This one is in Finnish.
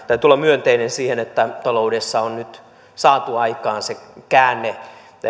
täytyy olla myönteinen siitä että taloudessa on nyt saatu aikaan se käänne